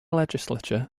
legislature